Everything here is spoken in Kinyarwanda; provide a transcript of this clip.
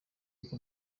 uko